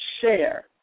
share